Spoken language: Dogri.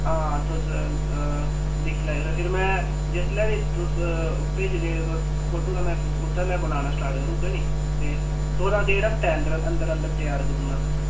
हां तुस दिक्खी लैएओ ते फ्ही में जिसलै बी तुस भेजगे तुस फोटू तां में उत्तै एल्लै बनाना स्टार्ट करी ओड़गा निं ते थुआढ़ा गेट हफ्ते अंदर अंदर तेआर करी ओड़ना असें